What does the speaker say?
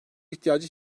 ihtiyacı